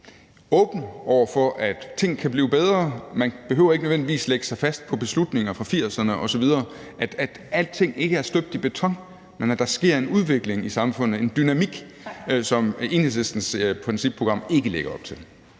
åbne over for, at ting kan blive bedre, man behøver ikke nødvendigvis lægge sig fast på beslutninger fra 1980'erne osv., og at alting ikke er støbt i beton, men at der sker en udvikling i samfundet, en dynamik, som Enhedslistens principprogram ikke lægger op til.